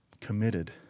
committed